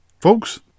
Folks